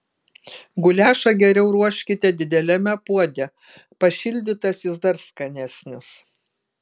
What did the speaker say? guliašą geriau ruoškite dideliame puode pašildytas jis dar skanesnis